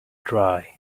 dry